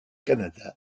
canada